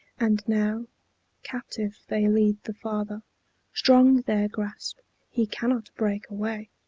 and now captive they lead the father strong their grasp he cannot break away.